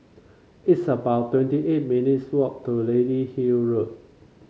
it's about twenty eight minutes' walk to Lady Hill Road